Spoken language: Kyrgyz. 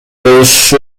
болушу